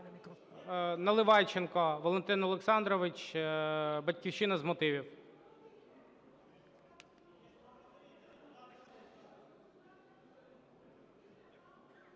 Наливайченко Валентин Олександрович, "Батьківщина", з мотивів.